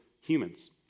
humans